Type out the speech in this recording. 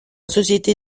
société